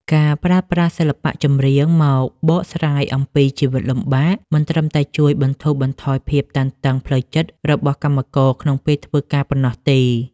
ការប្រើប្រាស់សិល្បៈចម្រៀងមកបកស្រាយអំពីជីវិតលំបាក មិនត្រឹមតែជួយបន្ធូរបន្ថយភាពតានតឹងផ្លូវចិត្តរបស់កម្មករក្នុងពេលធ្វើការប៉ុណ្ណោះទេ។